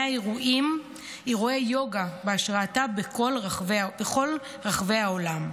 אירועי יוגה בהשראתה בכל רחבי העולם.